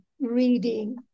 reading